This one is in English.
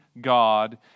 God